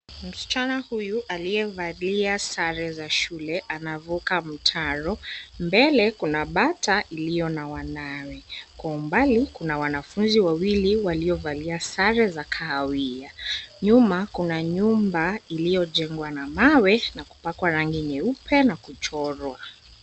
Msichana huyu aliyevalia sare za shule anavuka mtaro mbele kuna bata iliyo na wanawe. Mbali kuna wanafunzi wawili waliovalia sare za kahawia. Nyuma kuna chumba iliyojengwa na mawe na kupakwa rangi nyeupe na kuchorwa.